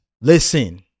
Listen